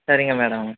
சரிங்க மேடம்